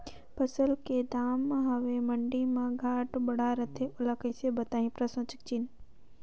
फसल के दम हवे मंडी मा घाट बढ़ा रथे ओला कोन बताही?